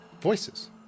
voices